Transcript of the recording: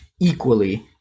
Equally